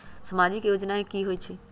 समाजिक योजना की होई छई?